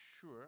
sure